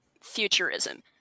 futurism